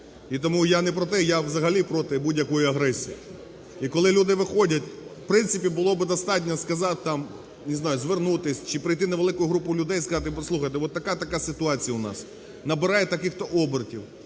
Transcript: І тому я не про те, я взагалі проти будь-якої агресії. І коли люди виходять, в принципі, було б достатньо сказати, там, не знаю, звернутись, чи прийти невелику групу людей, сказати: послухайте, от така, така ситуація у нас, набирає таких-то обертів,